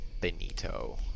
Benito